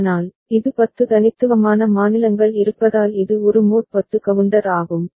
ஆனால் இது 10 தனித்துவமான மாநிலங்கள் இருப்பதால் இது ஒரு மோட் 10 கவுண்டர் ஆகும்